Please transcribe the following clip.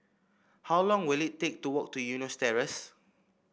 how long will it take to walk to Eunos Terrace